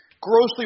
grossly